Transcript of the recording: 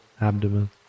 abdomen